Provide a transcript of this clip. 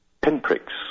pinpricks